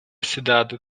cidade